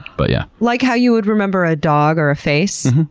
but yeah like how you would remember a dog or a face.